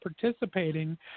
participating